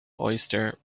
oyster